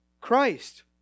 Christ